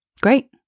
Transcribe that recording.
Great